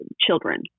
children